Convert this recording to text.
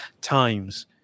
times